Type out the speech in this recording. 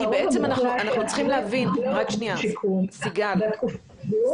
כי בעצם אנחנו צריכים להבין שבן אדם